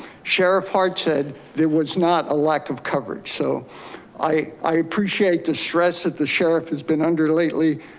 sheriff hart said there was not a lack of coverage. so i i appreciate the stress that the sheriff has been under lately,